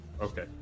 Okay